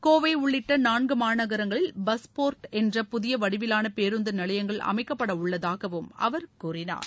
கோவை உள்ளிட்ட நான்கு மாநகரங்களில் பஸ் போர்ட் என்ற புதிய வடிவிலான பேருந்து நிலையங்கள் அமைக்கப்பட உள்ளதாகவும் அவர் கூறினார்